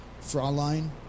Fraulein